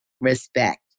respect